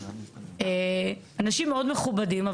אנשים מאוד מכובדים.